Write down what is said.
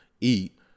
eat